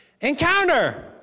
Encounter